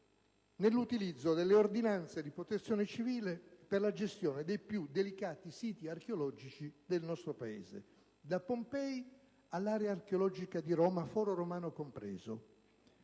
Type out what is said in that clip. nell'utilizzo delle ordinanze di Protezione civile per la gestione dei più delicati siti archeologici del nostro Paese, da Pompei all'area archeologica di Roma, Foro romano compreso.